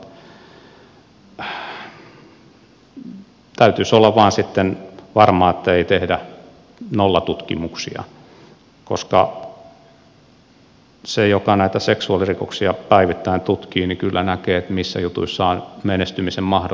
mutta täytyisi vain olla sitten varma ettei tehdä nollatutkimuksia koska se joka näitä seksuaalirikoksia päivittäin tutkii kyllä näkee missä jutuissa on menestymisen mahdollisuus rikosoikeudellisesti